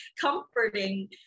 comforting